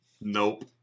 nope